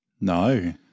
No